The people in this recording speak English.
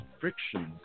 friction